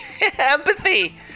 empathy